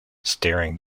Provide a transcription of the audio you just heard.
staring